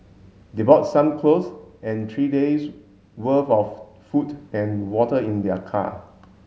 they brought some clothes and three days worth of food and water in their car